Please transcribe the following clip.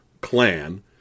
clan